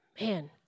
Man